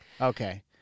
Okay